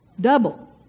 Double